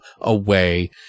away